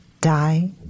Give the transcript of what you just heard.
die